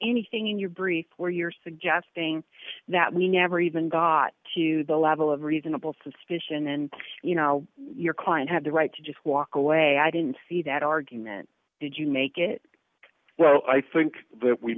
anything in your brief where you're suggesting that we never even got to the level of reasonable suspicion and you know your client had the right to just walk away i didn't see that argument did you make it well i think